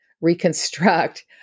reconstruct